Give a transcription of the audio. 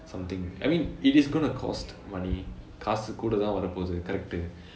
something I mean it is gonna cost money காசு கூடைதான் வர போகுது:kaasu koodai thaan vara poguthu correct